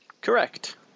Correct